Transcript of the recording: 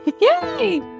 Yay